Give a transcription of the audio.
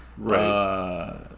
Right